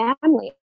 family